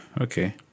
okay